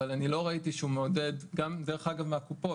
אבל לא ראיתי שהוא מעודד, גם דרך אגב מהקופות,